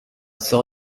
saw